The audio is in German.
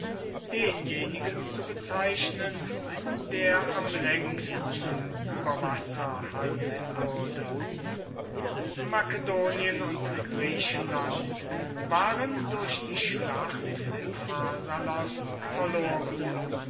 denjenigen zu bezeichnen der am längsten über wasser halten würde makedonien und griechenland waren durch die schlacht von pharsalos verloren